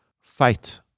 fight